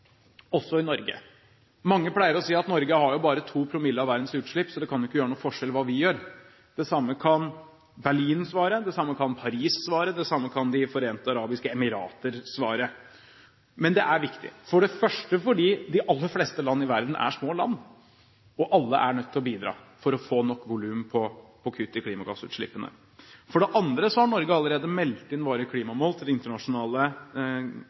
også i Norge. Mange pleier å si at Norge har jo bare 2 promille av verdens utslipp, så det kan jo ikke gjøre noen forskjell hva vi gjør. Det samme kan Berlin svare, det samme kan Paris svare, det samme kan De forente arabiske emirater svare. Men det er viktig, for det første fordi de aller fleste land i verden er små land. Alle er nødt til å bidra for å få nok volum på kutt i klimagassutslippene. For det andre har Norge allerede meldt inn klimamålene til det internasjonale